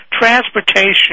transportation